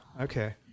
okay